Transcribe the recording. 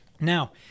now